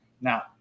Now